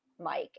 Mike